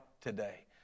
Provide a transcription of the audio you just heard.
today